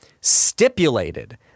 stipulated